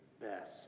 best